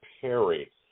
Perry